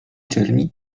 czerni